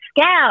Scout